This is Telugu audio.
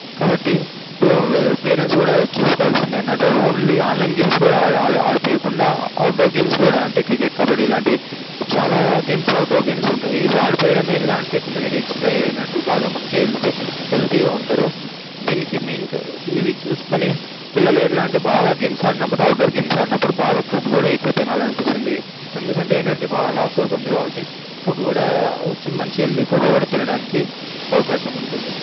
కాబట్టి పేరెంట్స్ కూడా చూసుకోవాల్సిన ఏంటంటే ఓన్లీ ఆన్లైన్ గేమ్స్ వాళ్లకి ఇవ్వకుండా అవుట్డోర్ గేమ్స్ కూడా అంటే క్రికెట్ కబడ్డీ ఇలాంటి చాలా అవుట్డోర్ గేమ్స్ ఉంటాయి ఇవి ఆడిపీయడం వల్ల ఎట్లా అంటే పిల్లలకి ఎక్ససైజ్ అయినట్టు బాగా మంచిగా హెల్తీ హెల్తీగా ఉంటారు దీనికి మెయిన్ ఇవి చూసుకొని పిల్లలు ఇట్లాంటి గేమ్స్ ఆడినప్పుడు అవుట్డోర్ గేమ్స్ ఆడినప్పుడు బాగా ఫుడ్ కూడా ఎక్కువ తినాలనిపిస్తుంది ఎందుకంటే ఎనర్జీ బాగా లాస్ కాబట్టి ఫుడ్ కూడా వచ్చి మంచి హెల్తీ ఫుడ్ తినడానికి అవకాశం ఉంటుంది